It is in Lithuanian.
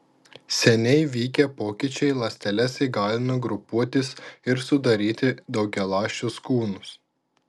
seniai vykę pokyčiai ląsteles įgalino grupuotis ir sudaryti daugialąsčius kūnus